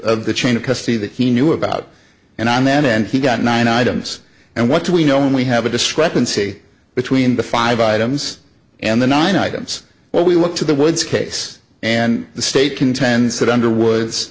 the chain of custody that he knew about and on then and he got nine items and what do we know when we have a discrepancy between the five items and the nine items where we look to the woods case and the state contends that underwood